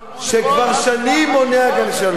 אתה בעד, שכבר שנים מונע כאן שלום.